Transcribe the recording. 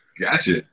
gotcha